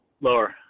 Lower